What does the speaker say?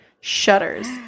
Shudders